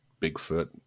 Bigfoot